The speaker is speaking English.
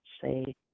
say